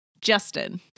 Justin